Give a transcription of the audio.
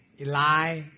Eli